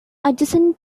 adjacent